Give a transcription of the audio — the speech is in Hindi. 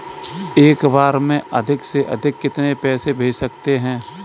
एक बार में अधिक से अधिक कितने पैसे भेज सकते हैं?